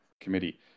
committee